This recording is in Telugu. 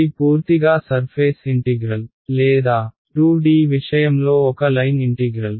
ఇది పూర్తిగా సర్ఫేస్ ఇంటిగ్రల్ లేదా 2D విషయంలో ఒక లైన్ ఇంటిగ్రల్